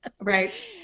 Right